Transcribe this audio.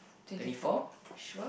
twenty four